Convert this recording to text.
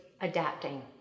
adapting